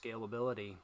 scalability